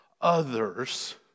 others